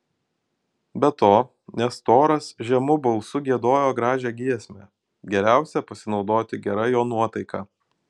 be to nestoras žemu balsu giedojo gražią giesmę geriausia pasinaudoti gera jo nuotaika